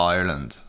Ireland